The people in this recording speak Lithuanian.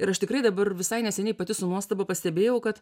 ir aš tikrai dabar visai neseniai pati su nuostaba pastebėjau kad